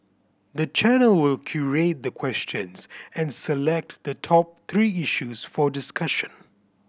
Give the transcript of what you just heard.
the channel will curate the questions and select the top three issues for discussion